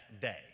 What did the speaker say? day